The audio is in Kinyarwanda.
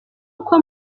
uko